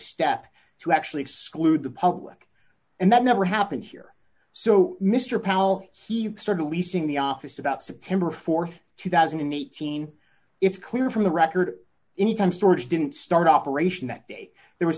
to actually exclude the public and that never happened here so mr powell he started leasing the office about september th two thousand and eighteen it's clear from the record any time storage didn't start operation that day there was